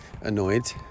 annoyed